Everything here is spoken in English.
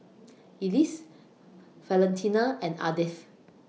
Elise Valentina and Ardeth